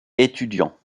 étudiants